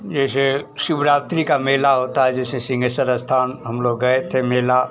जैसे शिवरात्रि का मेला होता है जैसे शिंगेश्वर स्थान हम लोग गए थे मेला